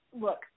look